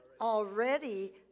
already